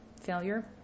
failure